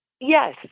Yes